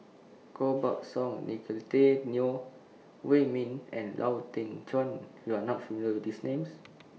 Koh Buck Song Nicolette Teo Wei Min and Lau Teng Chuan YOU Are not familiar with These Names